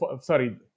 Sorry